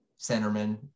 centerman